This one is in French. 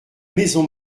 maison